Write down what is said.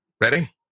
Ready